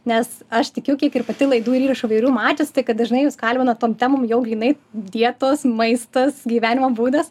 nes aš tikiu kiek ir pati laidų ir įrašų įvairių mačius tai kad dažnai jus kalbina tom temom jau grynai dietos maistas gyvenimo būdas